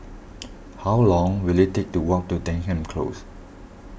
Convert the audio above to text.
how long will it take to walk to Denham Close